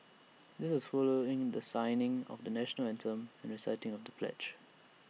this was followed in the singing of the National Anthem and reciting of the pledge